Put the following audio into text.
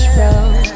road